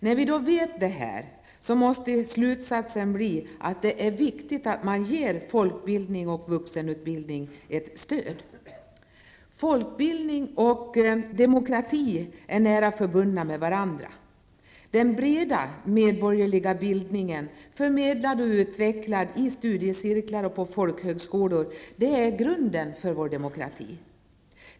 När vi vet detta måste slutsatsen bli att det är viktigt att man ger folkbildningen och vuxenutbildningen ett stöd. Folkbildning och demokrati är nära förbundna med varandra. Den breda medborgerliga bildningen, förmedlad och utvecklad i studiecirklar och på folkhögskolor, är grunden för vår demokrati.